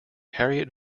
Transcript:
harriet